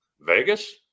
Vegas